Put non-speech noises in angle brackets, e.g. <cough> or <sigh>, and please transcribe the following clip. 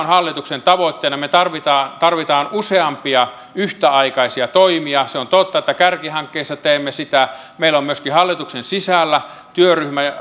<unintelligible> hallituksen tavoitteena me tarvitsemme useampia yhtäaikaisia toimia se on totta että kärkihankkeessa teemme sitä meillä on myöskin hallituksen sisällä työryhmä ja <unintelligible>